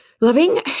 Loving